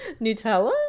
Nutella